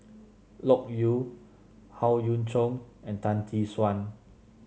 Loke Yew Howe Yoon Chong and Tan Tee Suan